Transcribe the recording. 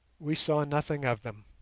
we saw nothing of them.